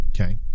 Okay